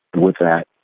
with that,